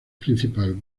principal